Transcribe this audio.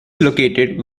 located